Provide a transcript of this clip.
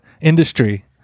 industry